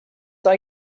are